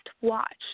watch